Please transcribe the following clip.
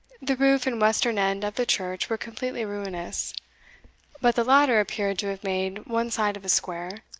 the roof and western end of the church were completely ruinous but the latter appeared to have made one side of a square,